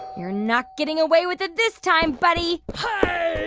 you're not getting away with it this time, buddy.